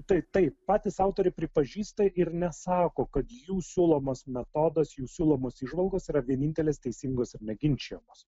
tai taip patys autoriai pripažįsta ir nesako kad jų siūlomas metodas jų siūlomos įžvalgos yra vienintelės teisingos ir neginčijamos